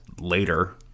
later